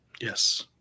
Yes